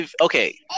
Okay